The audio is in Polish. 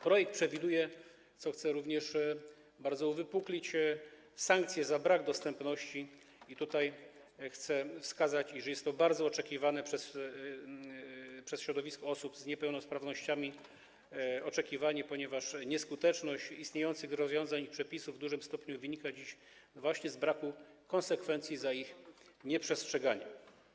Projekt przewiduje, co chcę również bardzo uwypuklić, sankcje za brak dostępności i chcę wskazać, iż jest to bardzo oczekiwanie przez środowisko osób z niepełnosprawnościami, ponieważ nieskuteczność istniejących rozwiązań i przepisów w dużym stopniu wynika dziś właśnie z braku konsekwencji ich nieprzestrzegania.